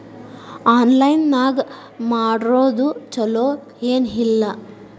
Online ನಾಗ್ ಮಾರೋದು ಛಲೋ ಏನ್ ಇಲ್ಲ?